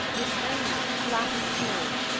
it lay now flat on the floor,